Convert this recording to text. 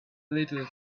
little